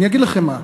אני אגיד לכם מה: